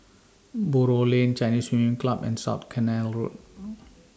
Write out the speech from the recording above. Buroh Lane Chinese Swimming Club and South Canal Road